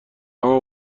اما